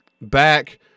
back